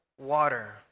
water